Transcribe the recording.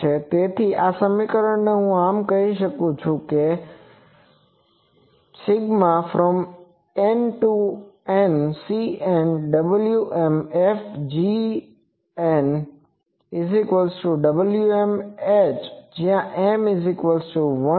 તેથી આ સમીકરણને હું આમ કહી શકું છું કે n1NCn 〈wmFgn〉 〈wmh〉 જ્યાં m12